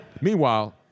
Meanwhile